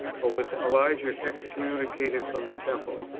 or with elijah excommunicated from the temple.